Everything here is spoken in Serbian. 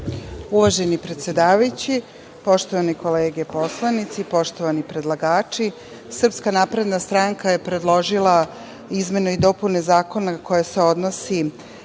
Uvaženi predsedavajući, poštovane kolege poslanici, poštovani predlagači, Srpska napredna stranka je predložila izmenu i dopunu zakona koja se odnosi